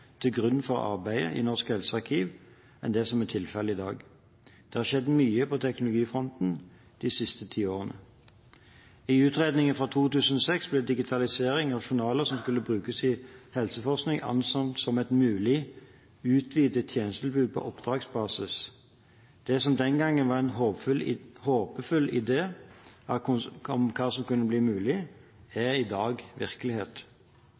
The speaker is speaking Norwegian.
til grunn for arbeidet i Norsk helsearkiv enn det som er tilfellet i dag – det har skjedd mye på teknologifronten de siste ti årene. I utredningen fra 2006 ble digitalisering av journaler som skulle brukes i helseforskning, ansett som et mulig «utvidet tjenestetilbud på oppdragsbasis». Det som den gangen var en håpefull idé om hva som ville kunne bli mulig, er i dag virkelighet.